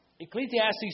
Ecclesiastes